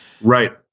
right